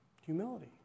Humility